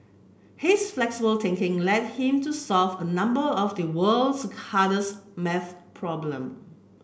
his flexible thinking led him to solve a number of the world's hardest maths problem